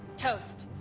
toast.